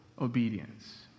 obedience